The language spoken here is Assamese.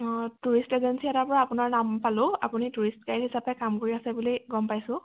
অ' টুৰিষ্ট এজেঞ্চি এটাৰ পা আপোনাৰ নাম পালোঁ আপুনি টুৰিষ্ট গাইড হিচাপে কাম কৰি আছে বুলি গম পাইছোঁ